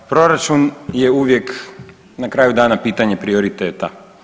Proračun je uvijek na kraju dana pitanje prioriteta.